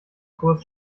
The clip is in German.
kurs